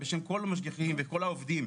בשם כל המשגיחים וכל העובדים,